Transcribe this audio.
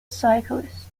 cyclist